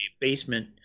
basement